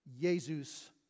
Jesus